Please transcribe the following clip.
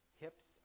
hips